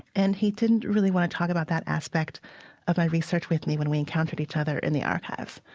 and he didn't really want to talk about that aspect of my research with me when we encountered each other in the archives.